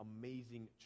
amazing